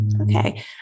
Okay